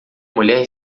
mulher